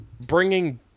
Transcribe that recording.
bringing